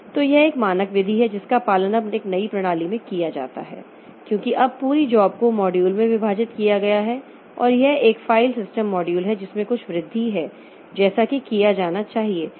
तो यह एक मानक विधि है जिसका पालन अब एक नई प्रणाली में किया जाता है क्योंकि अब पूरी जॉब को मॉड्यूल में विभाजित किया गया है और यह एक फाइल सिस्टम मॉड्यूल है जिसमें कुछ वृद्धि है जैसा कि किया जाना चाहिए